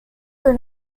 are